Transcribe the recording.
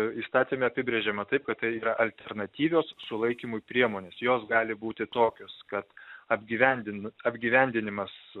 įstatyme apibrėžiama taip kad tai yra alternatyvios sulaikymui priemonės jos gali būti tokios kad apgyvendin apgyvendinimas